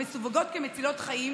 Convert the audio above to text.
המסווגות כמצילות חיים